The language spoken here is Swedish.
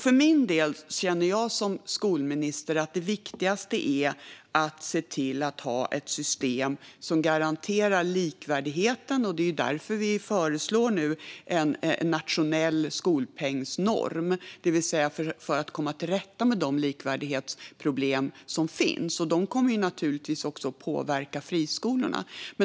Jag känner för min del som skolminister att det viktigaste är att se till att ha ett system som garanterar likvärdigheten. Det är därför som vi nu föreslår en nationell skolpengsnorm för att komma till rätta med de likvärdighetsproblem som finns. De kommer naturligtvis också att påverka friskolorna.